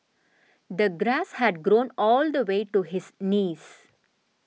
the grass had grown all the way to his knees